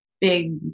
big